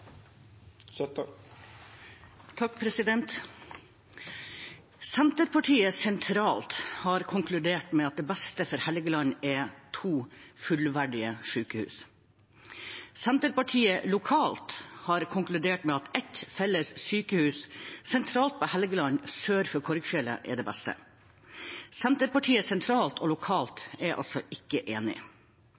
3 minutt. Senterpartiet sentralt har konkludert med at det beste for Helgeland er to fullverdige sykehus. Senterpartiet lokalt har konkludert med at ett felles sykehus, sentralt på Helgeland, sør for Korgfjellet, er det beste. Senterpartiet sentralt og lokalt er altså